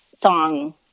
song